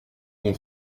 bon